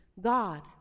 God